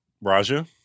Raja